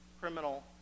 criminal